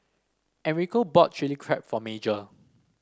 Enrico bought Chili Crab for Major